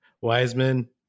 Wiseman